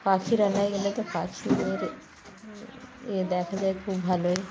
পাখিরালয় গেলে তো পাখিদের এ দেখা যায় খুব ভালোই